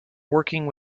working